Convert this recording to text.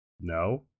No